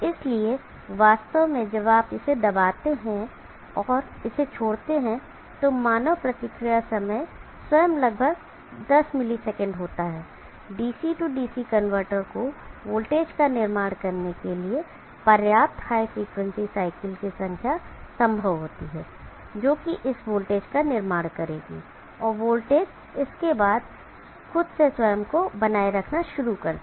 इसलिए वास्तव में जब आप इसे दबाते हैं और इसे छोड़ते हैं तो मानव प्रतिक्रिया समय स्वयं लगभग 10 मिलीसेकंड होता है DC DC कनवर्टर को वोल्टेज का निर्माण करने के लिए पर्याप्त हाई फ्रिकवेंसी साइकिल की संख्या संभव होती है जोकि इस वोल्टेज का निर्माण करेगी और वोल्टेज इसके बाद खुद से स्वयं को बनाए रखना शुरू कर देगा